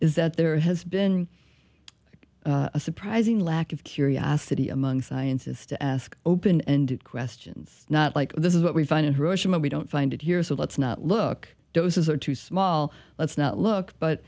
is that there has been a surprising lack of curiosity among scientists to ask open ended questions not like this is what we find in hiroshima we don't find it here so let's not look those are too small let's not look but